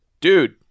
Dude